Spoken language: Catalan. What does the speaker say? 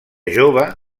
jove